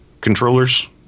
controllers